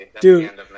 Dude